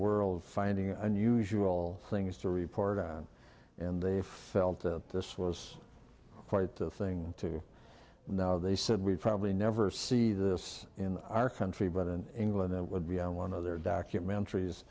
world finding an unusual things to report on and they felt that this was quite the thing to now they said we'd probably never see this in our country but an england would be one of their documentaries